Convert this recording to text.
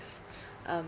um